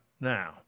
now